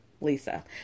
Lisa